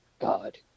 God